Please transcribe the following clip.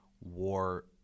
war